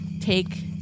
take